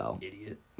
Idiot